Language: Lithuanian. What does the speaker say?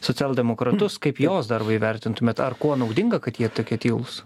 socialdemokratus kaip jos darbą įvertintumėt ar kuo naudinga kad jie tokie tylūs